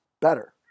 better